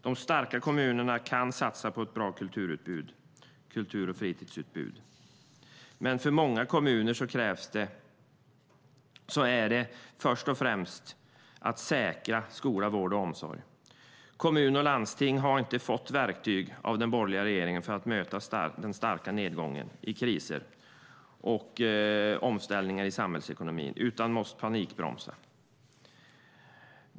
De starka kommunerna kan satsa på ett bra kultur och fritidsutbud, men för många kommuner gäller det först och främst att säkra skola, vård och omsorg. Kommuner och landsting har inte fått verktyg av den borgerliga regeringen för att möta den starka nedgången i kriser och omställningar i samhällsekonomin utan måste panikbromsa.